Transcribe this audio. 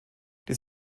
die